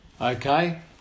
Okay